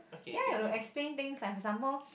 ya it will explain things like for example